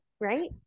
right